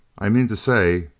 i mean to say,